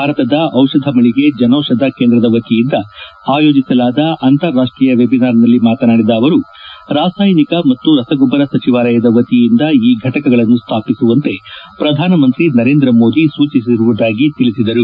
ಭಾರತದ ಔಷಧ ಮಳಿಗೆ ಜನೌಷಧ ಕೇಂದ್ರದ ವತಿಯಿಂದ ಅಯೋಜಿಸಲಾದ ಅಂತಾರಾಷ್ಟೀಯ ವೆಬಿನಾರ್ ನಲ್ಲಿ ಮಾತನಾಡಿದ ಅವರು ರಾಸಾಯನಿಕ ಮತ್ತು ರಸಗೊಬ್ಬರ ಸಚಿವಾಲಯದ ವತಿಯಿಂದ ಈ ಫಟಕಗಳನ್ನು ಸ್ಥಾಪಿಸುವಂತೆ ಪ್ರಧಾನಮಂತ್ರಿ ನರೇಂದ್ರ ಮೋದಿ ಸೂಚಿಸಿರುವುದಾಗಿ ತಿಳಿಸಿದರು